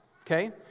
Okay